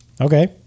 Okay